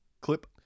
Clip